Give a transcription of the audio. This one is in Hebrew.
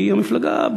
כי המפלגה,